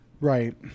right